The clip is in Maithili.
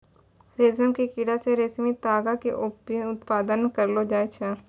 रेशम के कीड़ा से रेशमी तागा के उत्पादन करलो जाय छै